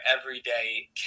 everyday